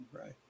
right